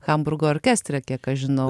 hamburgo orkestre kiek aš žinau